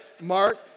mark